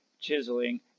chiseling